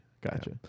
gotcha